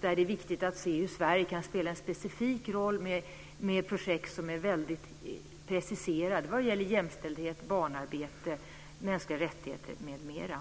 Där är det viktigt att se hur Sverige kan spela en specifik roll med projekt som är väldigt preciserade vad gäller jämställdhet, barnarbete, mänskliga rättigheter m.m.